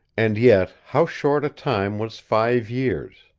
and yet, how short a time was five years!